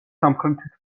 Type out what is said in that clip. სამხრეთით